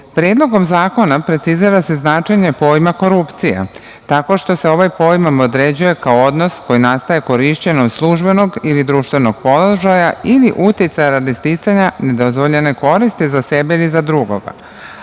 primene. Predlogom zakona precizira se značenje pojma „korupcija“, tako što se ovaj pojam određuje kao odnos korišćenja službenog ili društvenog položaja ili uticaja radi sticanja nedozvoljene koristi za sebe ili za drugoga,